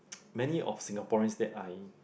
many of Singaporeans that I